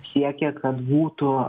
siekia kad būtų